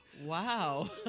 Wow